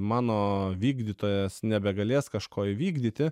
mano vykdytojas nebegalės kažko įvykdyti